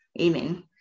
Amen